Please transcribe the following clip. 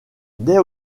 dès